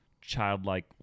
childlike